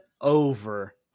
over